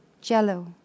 jello